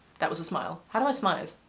that was a smile. how do i smize?